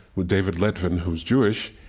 with david levithan who's jewish,